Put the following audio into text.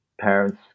parents